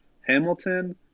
Hamilton